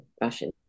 Russian